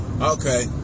Okay